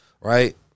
right